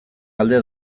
alde